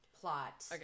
plot